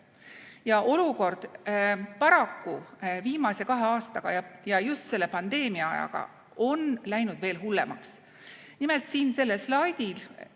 Ja olukord paraku viimase kahe aastaga ja just selle pandeemia ajaga on läinud veel hullemaks. Nimelt, siin sellel slaidil